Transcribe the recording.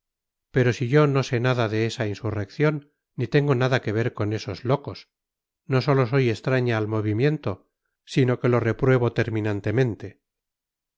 pero si yo no sé nada de esa insurrección ni tengo nada que ver con esos locos no sólo soy extraña al movimiento sino que lo repruebo terminantemente